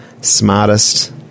smartest